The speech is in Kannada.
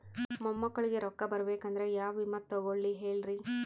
ಮೊಮ್ಮಕ್ಕಳಿಗ ರೊಕ್ಕ ಬರಬೇಕಂದ್ರ ಯಾ ವಿಮಾ ತೊಗೊಳಿ ಹೇಳ್ರಿ?